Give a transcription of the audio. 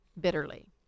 bitterly